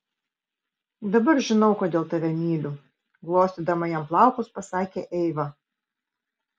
dabar žinau kodėl tave myliu glostydama jam plaukus pasakė eiva